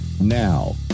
Now